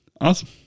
awesome